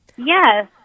Yes